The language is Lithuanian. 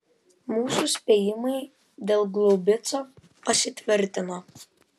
mūsų spėjimai dėl glaubico pasitvirtino